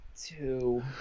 two